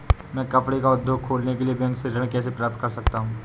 मैं कपड़े का उद्योग खोलने के लिए बैंक से ऋण कैसे प्राप्त कर सकता हूँ?